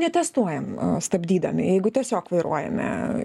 netestuojam stabdydami jeigu tiesiog vairuojame